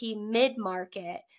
mid-market